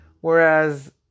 whereas